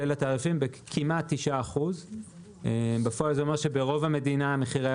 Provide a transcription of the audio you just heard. של כמעט 9% כך שברוב המדינה המחיר היה